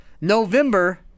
November